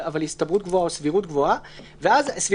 השאלה היא סבירות גבוהה למה?